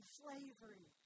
slavery